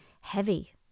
heavy